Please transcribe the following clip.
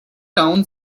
town